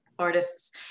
artists